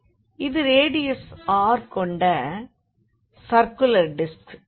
Sa2 x2 y2dxdy இது radius R கொண்ட circular disk